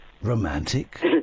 romantic